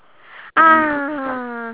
ah